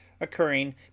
occurring